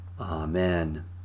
Amen